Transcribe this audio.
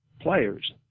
players